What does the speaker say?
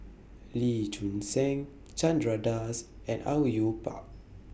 Lee Choon Seng Chandra Das and Au Yue Pak